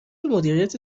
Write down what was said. مدیریت